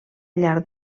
llar